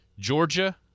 Georgia